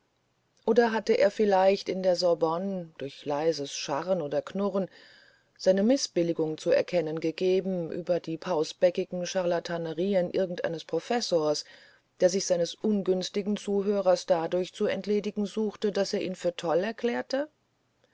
oder hatte er vielleicht in der sorbonne durch leises scharren oder knurren seine mißbilligung zu erkennen gegeben über die pausbäckigen scharlatanerien irgendeines professors der sich seines ungünstigen zuhörers dadurch zu entledigen suchte daß er ihn für toll erklärte